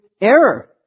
error